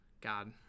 God